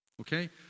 Okay